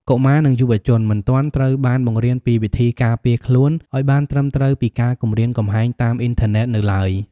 កុមារ និងយុវជនមិនទាន់ត្រូវបានបង្រៀនពីវិធីការពារខ្លួនឱ្យបានត្រឹមត្រូវពីការគំរាមកំហែងតាមអ៊ីនធឺណិតនៅឡើយ។